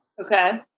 Okay